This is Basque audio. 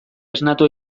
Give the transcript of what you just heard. esnatu